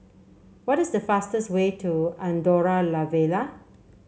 what is the fastest way to Andorra La Vella